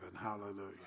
hallelujah